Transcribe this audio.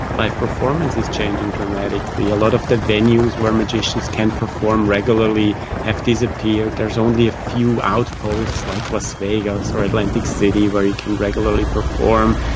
live performance is changing dramatically. a lot of the venues where magicians can perform regularly have disappeared. there's only a few outposts like las vegas or atlantic city where you can regularly perform.